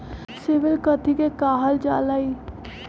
CIBIL कथि के काहल जा लई?